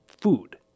food